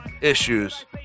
issues